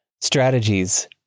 strategies